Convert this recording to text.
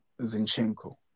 zinchenko